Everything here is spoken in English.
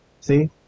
See